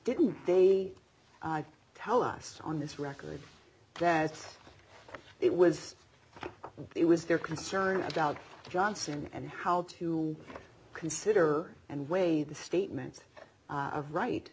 didn't they tell us on this record that it was it was their concern about johnson and how to consider and weigh the statements of right